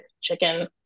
chicken